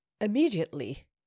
immediately